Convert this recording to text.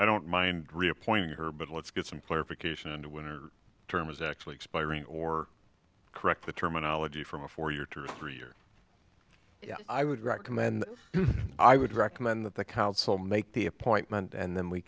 i don't mind reappointing her but let's get some clarification and when or term is actually expiring or correct the terminology from a four year two or three year i would recommend i would recommend that the counsel make the appointment and then we